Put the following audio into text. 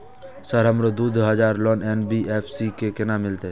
Sir हमरो दूय हजार लोन एन.बी.एफ.सी से केना मिलते?